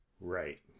right